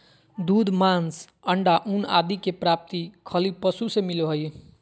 दूध, मांस, अण्डा, ऊन आदि के प्राप्ति खली पशु से मिलो हइ